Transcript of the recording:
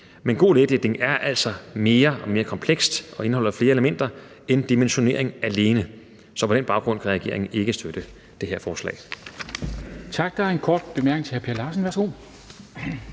Men god lægedækning er altså mere og mere komplekst og indeholder flere elementer end dimensionering alene, så på den baggrund kan regeringen ikke støtte det her forslag.